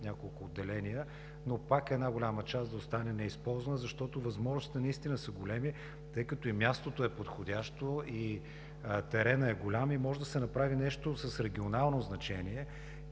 няколко отделения, но пак голяма част да остане неизползвана, защото възможностите са наистина големи, тъй като и мястото е подходящо, и теренът е голям и може да се направи нещо с регионално значение.